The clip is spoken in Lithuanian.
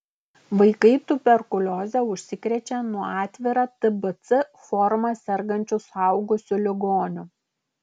vaikai tuberkulioze užsikrečia nuo atvira tbc forma sergančių suaugusių ligonių